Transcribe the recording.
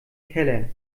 keller